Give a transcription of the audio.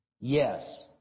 Yes